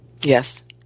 Yes